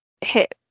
hit